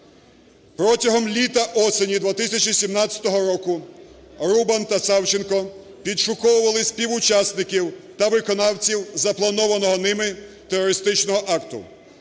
Протягом літа-осені 2017 року Рубан та Савченко підшуковували співучасників та виконавців запланованого ними терористичного акту.